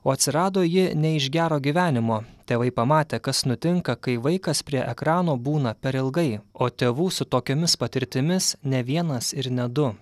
o atsirado ji ne iš gero gyvenimo tėvai pamatė kas nutinka kai vaikas prie ekrano būna per ilgai o tėvų su tokiomis patirtimis ne vienas ir ne du